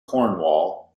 cornwall